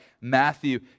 Matthew